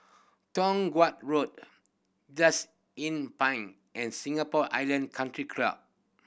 Toh Guan Road Just Inn Pine and Singapore Island Country Club